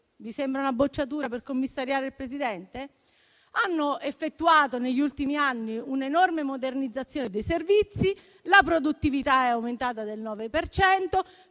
Vi sembra una bocciatura per commissariare il presidente? Hanno effettuato negli ultimi anni una enorme modernizzazione dei servizi e la produttività è aumentata del 9